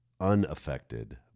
unaffected